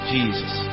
Jesus